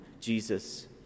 Jesus